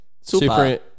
Super